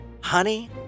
Honey